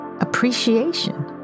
appreciation